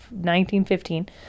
1915